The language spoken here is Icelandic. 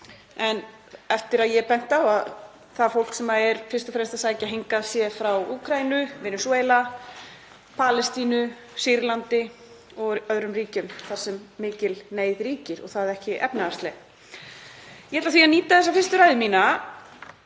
um eftir að ég benti á að það fólk sem er fyrst og fremst að sækja hingað væri frá Úkraínu, Venesúela, Palestínu, Sýrlandi og öðrum ríkjum þar sem mikil neyð ríkir og það ekki efnahagsleg. Ég ætla því að nýta þessa fyrstu ræðu mína